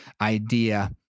idea